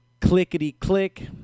clickety-click